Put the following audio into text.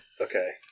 Okay